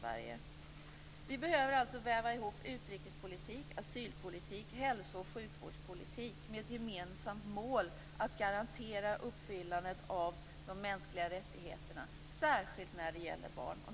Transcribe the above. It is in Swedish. Vi behöver alltså väva ihop utrikespolitik, asylpolitik, hälso och sjukvårdspolitik med ett gemensamt mål att garantera uppfyllandet av de mänskliga rättigheterna, särskilt när det gäller barn.